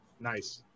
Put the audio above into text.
Nice